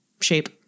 shape